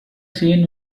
seen